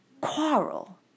quarrel